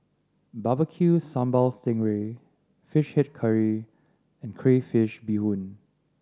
bbq sambal sting ray Fish Head Curry and crayfish beehoon